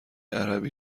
عربی